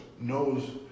knows